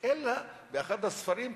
אלא באחד הספרים כתוב: